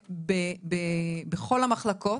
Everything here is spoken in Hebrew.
יהיה בכל במחלקות,